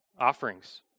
offerings